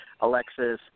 Alexis